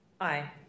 Aye